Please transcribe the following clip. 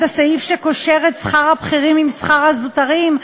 הסעיף שקושר את שכר הבכירים לשכר הזוטרים,